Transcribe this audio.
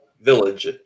village